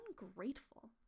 ungrateful